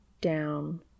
down